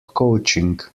coaching